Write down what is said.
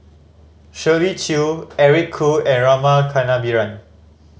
Shirley Chew Eric Khoo and Rama Kannabiran